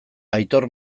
aitor